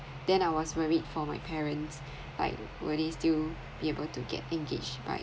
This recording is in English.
then I was worried for my parents like will they still be able to get engaged by